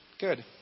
good